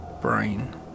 brain